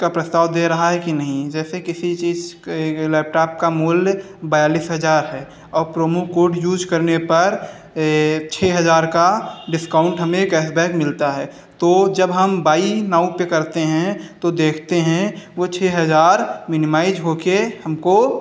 का प्रस्ताव दे रहा है कि नहीं जैसे किसी चीज़ का लैपटॉप का मूल्य बयालिस हज़ार है और प्रोमो कोड यूज़ करने पर छह हज़ार का डिस्काउंट हमें कैशबैक मिलता है तो जब हम बाई नाउ पे करते हैं तो देखते हैं वो छह हज़ार मिनीमाइज़ होके हमको